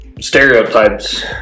Stereotypes